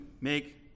Make